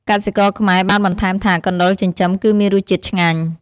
កសិករខ្មែរបានបន្ថែមថា កណ្តុរចិញ្ចឹមគឺមានរសជាតិឆ្ងាញ់។